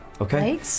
Okay